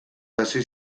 hasi